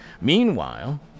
Meanwhile